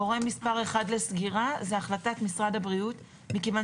גורם מספר אחד לסגירה זאת החלטת משרד הבריאות מכיוון